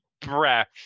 breath